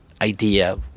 idea